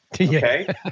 Okay